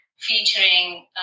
featuring